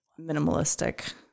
minimalistic